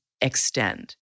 extend